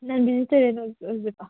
ꯅꯟ vegetarian ꯑꯣꯏꯕꯗꯣ